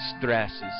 stresses